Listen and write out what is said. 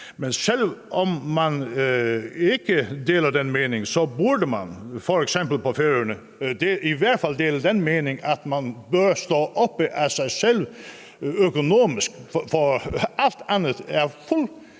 Men selv om man ikke deler den holdning, burde man f.eks. på Færøerne i hvert fald dele den holdning, at man bør kunne stå selv økonomisk, for alt andet er